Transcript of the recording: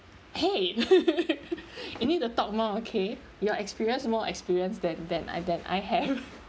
!hey! you need to talk more okay your experience more experienced than than I than I have